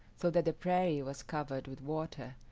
so that the prairie was covered with water,